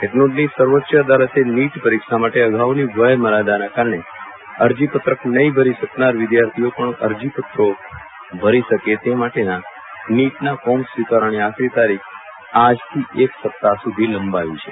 એટલું જ નહિં સર્વોચ્ચ અદાલતે નીટ પરીક્ષા માટે અગાઉની વયમર્યાદાના કારણે અરજીપત્રક નહીં ભરી શકનાર વિદ્યાર્થીઓ પણ અરજીપત્રો ભરી શકે તે માટે નીટના ફોર્મ્સ સ્વીકારવાની આખરી તારીખ આવતીકાલથી એક સપ્તાહ સુધી લંબાવી છે